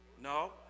No